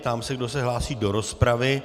Ptám se, kdo se hlásí do rozpravy.